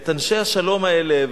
את אנשי השלום האלה,